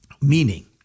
meaning